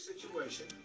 ...situation